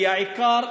כי העיקר,